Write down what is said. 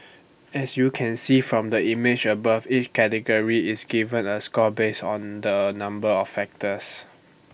as you can see from the image above each category is given A score based the A number of factors